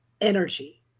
energy